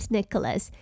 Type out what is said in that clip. Nicholas 》